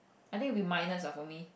I think it will be minus lah for me